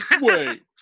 wait